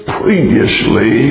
previously